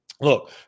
Look